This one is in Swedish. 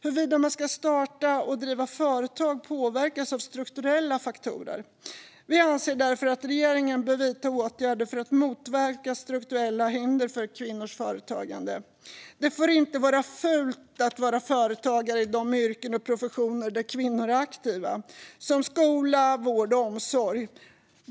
Huruvida man ska starta och driva företag påverkas av strukturella faktorer. Vi anser därför att regeringen bör vidta åtgärder för att motverka strukturella hinder för kvinnors företagande. Det får inte vara fult att vara företagare i de yrken och professioner där kvinnor är aktiva, till exempel inom skola, vård och omsorg.